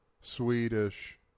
Swedish